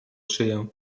szyję